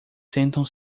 sentam